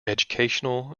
educational